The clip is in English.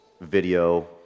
video